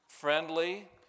Friendly